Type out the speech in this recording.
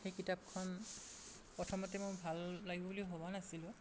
সেই কিতাপখন প্ৰথমতে মোৰ ভাল লাগিব বুলি ভবা নাছিলোঁ